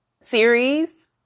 series